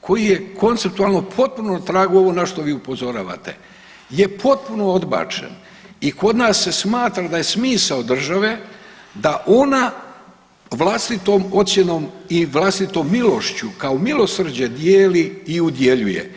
koji je konceptualno potpuno na tragu ovo na što vi upozoravate, je potpuno odbačen i kod nas se smatra da je smisao države da ona vlastitom ocjenom i vlastitom milošću kao milosrđe dijeli i udjeljuje.